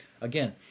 Again